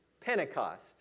Pentecost